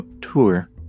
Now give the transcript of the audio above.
tour